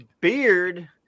beard